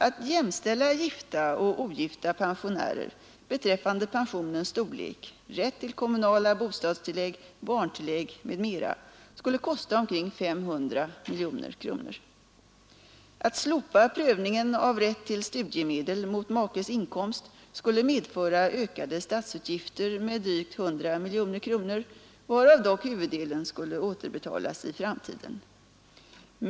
Att jämställa gifta och ogifta pensionärer beträffande pensionens storlek, rätt till kommunala bostadstillägg, barntillägg m.m. skulle kosta omkring 500 miljoner kronor. Att slopa prövningen av rätt till studiemedel mot makes inkomst skulle medföra ökade statsutgifter med drygt 100 miljoner kronor, varav dock huvuddelen skulle återbetalas i framtiden.